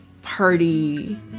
Party